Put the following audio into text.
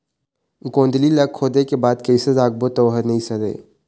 गोंदली ला खोदे के बाद कइसे राखबो त ओहर नई सरे?